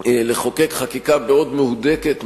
לחוקק חקיקה מאוד מהודקת,